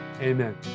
Amen